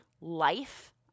life